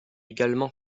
également